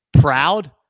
proud